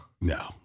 No